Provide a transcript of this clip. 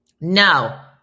No